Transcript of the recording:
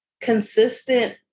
consistent